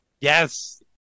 Yes